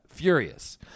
furious